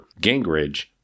Gingrich